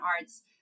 arts